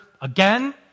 again